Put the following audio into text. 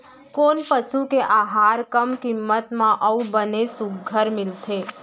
कोन पसु के आहार कम किम्मत म अऊ बने सुघ्घर मिलथे?